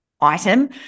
item